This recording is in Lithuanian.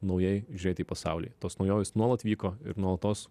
naujai žiūėti į pasaulį tos naujovės nuolat vyko ir nuolatos